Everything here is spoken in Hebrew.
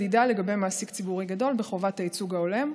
הוא שקבע את כלי המדידה לגבי מעסיק ציבורי גדול בחובת הייצוג ההולם,